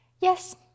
Yes